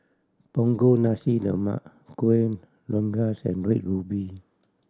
Punggol Nasi Lemak Kueh Rengas and Red Ruby